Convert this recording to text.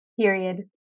Period